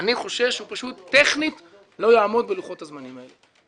אני חושש שהוא פשוט טכנית לא יעמוד בלוחות הזמנים האלה.